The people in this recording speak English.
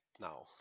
now